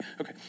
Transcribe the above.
Okay